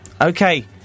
Okay